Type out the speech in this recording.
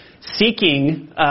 Seeking